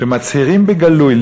שמצהירים בגלוי,